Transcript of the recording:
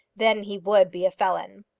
then he would be a felon.